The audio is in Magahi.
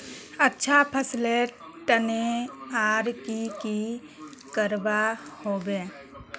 अच्छा फसलेर तने आर की की करवा होबे?